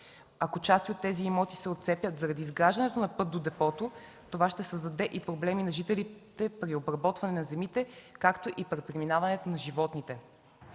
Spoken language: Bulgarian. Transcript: Ако части от тези имоти се отцепят, заради изграждането на път до депото, това ще създаде и проблеми на жителите при обработването на земите, както и при преминаване на животните.